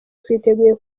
twiteguye